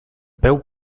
peu